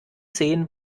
zehn